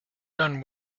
done